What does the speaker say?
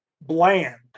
bland